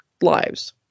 lives